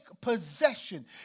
possession